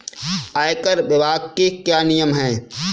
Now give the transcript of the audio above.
आयकर विभाग के क्या नियम हैं?